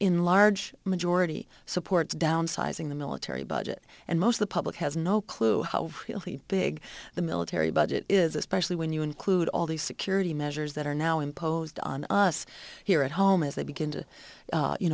in large majority supports downsizing the military budget and most of the public has no clue how big the military budget is especially when you include all these security measures that are now imposed on us here at home as they begin to